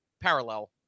Parallel